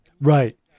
Right